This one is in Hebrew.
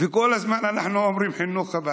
וכל הזמן אנחנו אומרים: חינוך הוא הבעיה.